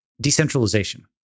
Decentralization